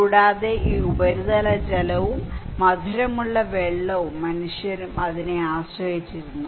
കൂടാതെ ഈ ഉപരിതല ജലവും മധുരമുള്ള വെള്ളവും മനുഷ്യരും അതിനെ ആശ്രയിച്ചിരിക്കുന്നു